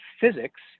physics